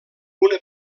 una